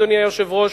אדוני היושב-ראש,